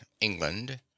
England